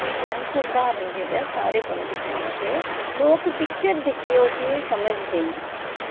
एह् जन सुधारन आस्तै पढ़े लिखे दे निं होंदे लोग पिक्चर दिक्खियै उसी समझदे न